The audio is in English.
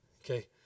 okay